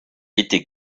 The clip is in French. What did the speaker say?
était